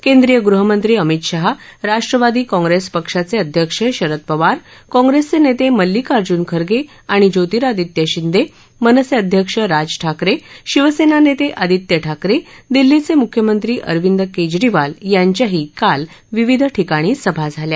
केंद्रीय गृहमंत्री अमित शाह राष्ट्रवादी काँग्रेस पक्षाचे अध्यक्ष शरद पवार काँग्रेसचे नेते मल्लिकार्जुन खरगे आणि ज्योतिरादित्य शिंदे मनसे अध्यक्ष राज ठाकरे शिवसेना नेते आदित्य ठाकरे दिल्लीचे मुख्यमंत्री अरविंद केजरीवाल यांच्याही काल विविध ठिकाणी सभा झाल्या